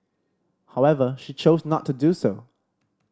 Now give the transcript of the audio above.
however she chose not to do so